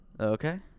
Okay